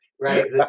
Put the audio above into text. right